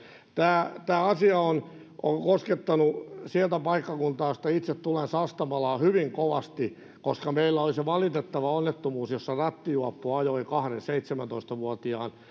tämä tämä asia on on koskettanut sitä paikkakuntaa josta itse tulen sastamalaa hyvin kovasti koska meillä oli se valitettava onnettomuus jossa rattijuoppo ajoi kahden seitsemäntoista vuotiaan